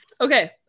Okay